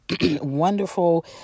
wonderful